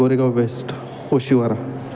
Goregaon west Oshiwara